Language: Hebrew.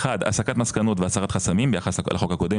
אחד הסקת מסקנות והסרת חסמים ביחס לחוק הקודם